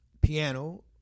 piano